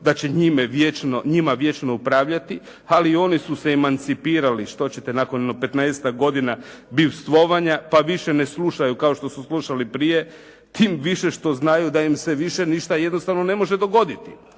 da će njima vječno upravljati ali oni su se emancipirali što ćete nakon petnaestak godina bivstvovanja pa više ne slušaju kao što su slušali prije, tim više što znaju da im se više ništa jednostavno ne može dogoditi.